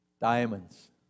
Diamonds